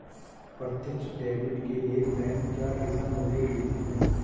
प्रत्यक्ष डेबिट के लिए बैंक क्या दिशा निर्देश देते हैं?